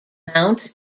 mount